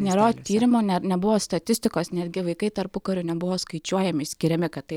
nėra tyrimo net nebuvo statistikos netgi vaikai tarpukariu nebuvo skaičiuojami skiriami kad tai